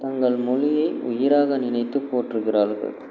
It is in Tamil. தங்கள் மொழியை உயிராக நினைத்து போற்றுகிறார்கள்